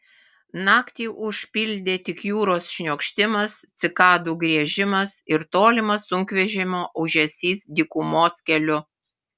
naktį užpildė tik jūros šniokštimas cikadų griežimas ir tolimas sunkvežimio ūžesys dykumos keliu